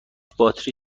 باتری